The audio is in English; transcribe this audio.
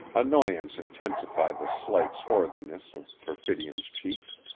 annoyance intensified the slight swarthiness of perfidion's cheeks.